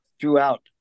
throughout